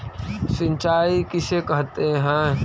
सिंचाई किसे कहते हैं?